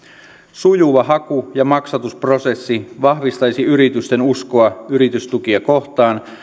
sujuva haku ja maksatusprosessi vahvistaisi yritysten uskoa yritystukia kohtaan